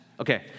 Okay